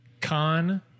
Khan